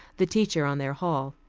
the teacher on their hall.